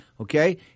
okay